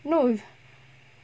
no